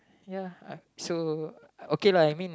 ya so okay lah I mean